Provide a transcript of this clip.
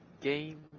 game